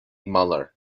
muller